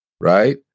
right